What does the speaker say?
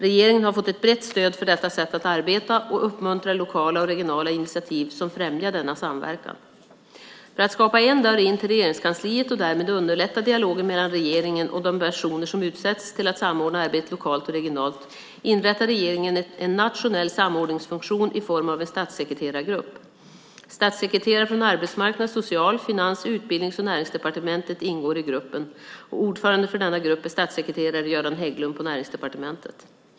Regeringen har fått ett brett stöd för detta sätt att arbeta och uppmuntrar lokala och regionala initiativ som främjar denna samverkan. För att skapa "en dörr in" till Regeringskansliet och därmed underlätta dialogen mellan regeringen och de personer som utsetts till att samordna arbetet lokalt och regionalt inrättar regeringen en nationell samordningsfunktion i form av en statssekreterargrupp. Statssekreterare från Arbetsmarknads-, Social-, Finans-, Utbildnings och Näringsdepartementen ingår i gruppen. Ordförande för denna grupp är statssekreterare Jöran Hägglund på Näringsdepartementet.